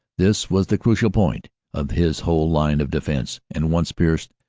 this was the crucial point of his whole line of defense, and once pierced,